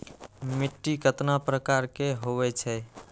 मिट्टी कतना प्रकार के होवैछे?